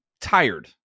tired